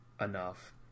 enough